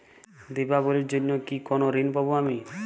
দীপাবলির জন্য কি কোনো ঋণ পাবো আমি?